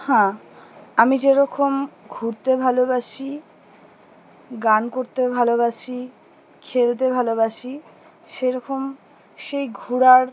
হ্যাঁ আমি যেরকম ঘুরতে ভালোবাসি গান করতে ভালোবাসি খেলতে ভালোবাসি সেরকম সেই ঘোরার